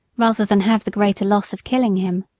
rather than have the greater loss of killing him.